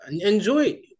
enjoy